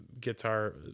guitar